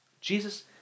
Jesus